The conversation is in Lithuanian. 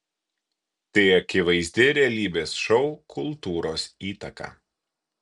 tai akivaizdi realybės šou kultūros įtaka